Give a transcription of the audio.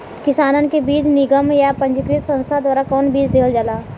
किसानन के बीज निगम या पंजीकृत संस्था द्वारा कवन बीज देहल जाला?